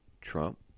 Trump